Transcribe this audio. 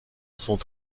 sont